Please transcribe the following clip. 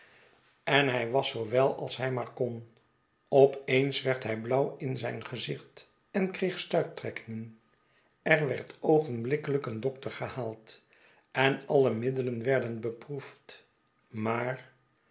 en hij was zoo wel als hij maar kon op eens werd hij blauw in zijn gezicht en kreeg stuiptrekkingen er werd oogenblikkelijk een dokter gehaald en alle middelen werden beproefd maar